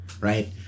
right